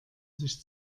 sich